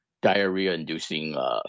diarrhea-inducing